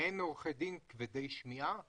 אין עורכי דין כבדי שמיעה?